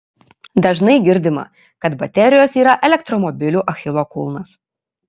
dažnai girdima kad baterijos yra elektromobilių achilo kulnas